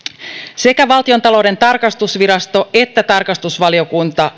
sekä valtiontalouden tarkastusvirasto että tarkastusvaliokunta